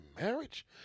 marriage